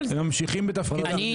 הם ממשיכים בתפקידם.